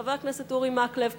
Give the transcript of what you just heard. חבר הכנסת אורי מקלב,